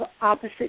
opposite